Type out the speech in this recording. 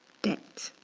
debt.